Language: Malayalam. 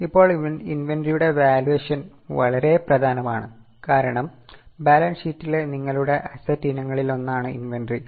ഇപ്പോൾ ഇൻവെന്ററിയുടെ വാല്യൂവേഷൻ വളരെ പ്രധാനമാണ് കാരണം ബാലൻസ് ഷീറ്റിലെ നിങ്ങളുടെ അസറ്റ് ഇനങ്ങളിലൊന്നാണ് ഇൻവെന്ററി